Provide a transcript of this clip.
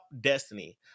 Destiny